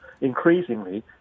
increasingly